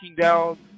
down